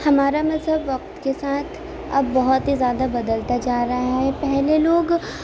ہمارا مذہب وقت کے ساتھ اب بہت ہی زیادہ بدلتا جا رہا ہے پہلے لوگ